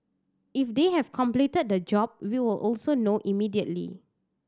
if they have completed the job we will also know immediately